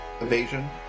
Evasion